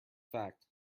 fact